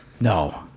No